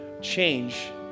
change